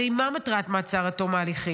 הרי מה מטרת מעצר עד תום ההליכים?